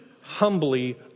humbly